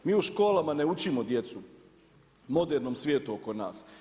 Mi u školama ne učimo djecu modrenom svijetu oko nas.